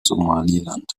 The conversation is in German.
somaliland